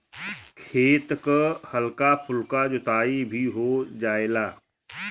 खेत क हल्का फुल्का जोताई भी हो जायेला